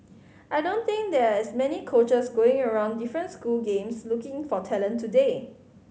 I don't think there are as many coaches going around different school games looking for talent today